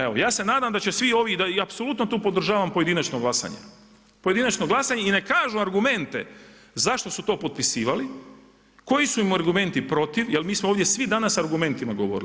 Evo, ja se nadam da će svi ovi i apsolutno tu podržavam pojedinačno glasanje, pojedinačno glasanje i neka kažu argumente zašto su to potpisivali, koji su im argumenti protiv jer mi smo ovdje svi danas s argumentima govorili.